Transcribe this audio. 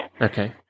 Okay